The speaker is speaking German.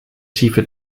schiefe